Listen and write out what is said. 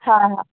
हा हा